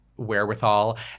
wherewithal